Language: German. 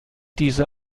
diese